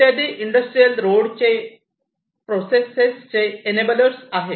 इत्यादी इंडस्ट्रियल रोडचे प्रोसेसचे एनएबिलर्स आहेत